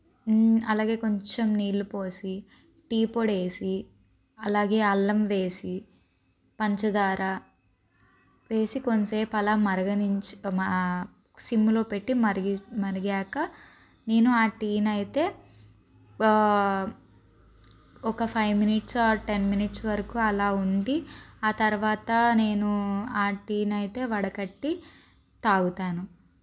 అలాగే కొంచెం నీళ్ళు పోసి టీ పొడి వేసి అలాగే అల్లం వేసి పంచదార వేసి కొద్దిసేపు అలా మరగనించి సిమ్లో పెట్టి మరిగి మరిగాక నేను ఆ టీని అయితే ఒక five minutes or ten minutes వరకు అలా ఉండి ఆ తర్వాత నేను ఆ టీని అయితే వడగట్టి తాగుతాను